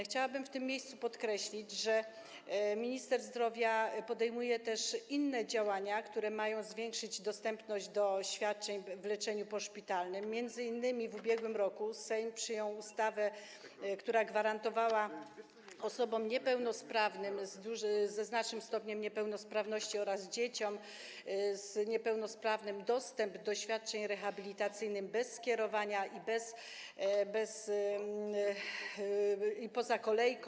Chciałabym w tym miejscu podkreślić, że minister zdrowia podejmuje też inne działania, które mają zwiększyć dostępność do świadczeń w leczeniu poszpitalnym, m.in. w ubiegłym roku Sejm przyjął ustawę, która gwarantowała osobom ze znacznym stopniem niepełnosprawności oraz dzieciom niepełnosprawnym dostęp do świadczeń rehabilitacyjnych bez skierowania i poza kolejką.